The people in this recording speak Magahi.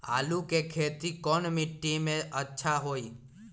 आलु के खेती कौन मिट्टी में अच्छा होइ?